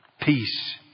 peace